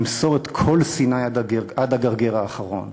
למסור את כל סיני עד הגרגר האחרון.